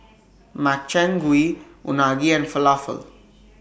Makchang Gui Unagi and Falafel